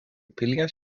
pilies